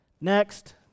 Next